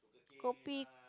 kopi